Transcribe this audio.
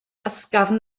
ysgafn